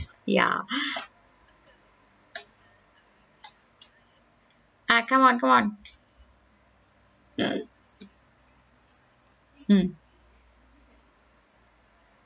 ya ah come on come on mm mm